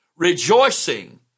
Rejoicing